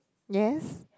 yes